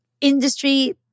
industry